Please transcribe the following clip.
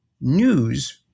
news